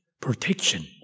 protection